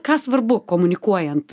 ką svarbu komunikuojant